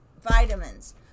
vitamins